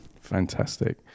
Fantastic